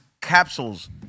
capsules